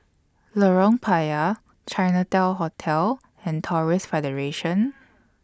Lorong Payah Chinatown Hotel and Taoist Federation